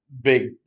big